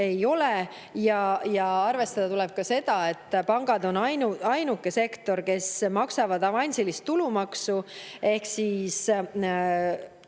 ei ole. Arvestada tuleb ka seda, et pangad on ainuke sektor, kes maksab avansilist tulumaksu. 2023.